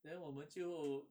then 我们就